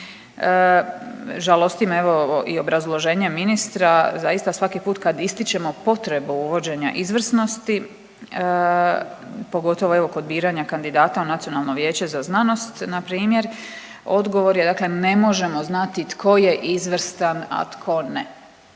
Žalosti me evo i obrazloženje ministra, zaista svaki put kad ističemo potrebu uvođenja izvrsnosti, pogotovo evo kod biranja kandidata u Nacionalno vijeće za znanost npr. odgovor je dakle ne možemo znati tko je izvrstan, a tko ne.